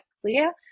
clear